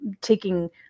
taking